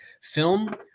film